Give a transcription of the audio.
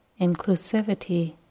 inclusivity